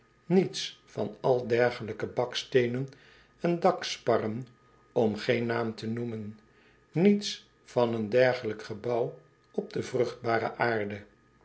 niets van al dergelijke baksteenen en daksparren om geen naam te noemen niets vaneen dergelijk gebouw op de vruchtbare aarde